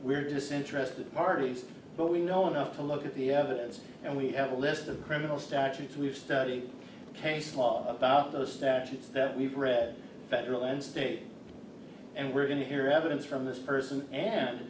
we're disinterested parties but we know enough to look at the evidence and we have a list of criminal statutes we've studied case law about those statutes that we've read federal and state and we're going to hear evidence from this person and